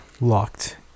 Locked